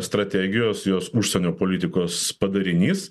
strategijos jos užsienio politikos padarinys